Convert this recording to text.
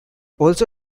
also